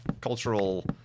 cultural